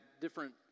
different